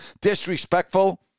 disrespectful